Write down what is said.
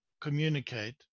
communicate